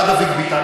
בא דוד ביטן,